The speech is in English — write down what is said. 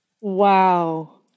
Wow